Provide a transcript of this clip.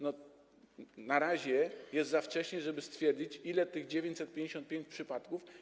Na razie jest za wcześnie, żeby twierdzić, ile z tych 955 przypadków.